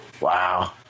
Wow